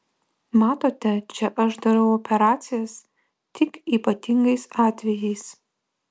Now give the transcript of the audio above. matote čia aš darau operacijas tik ypatingais atvejais